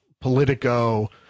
politico